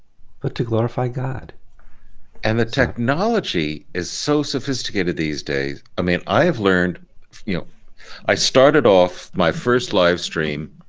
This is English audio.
but to glorify god and the technology is so sophisticated these days. i mean i have learned you know i started off my first live stream